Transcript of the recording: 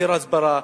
יותר הסברה,